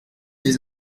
des